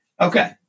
Okay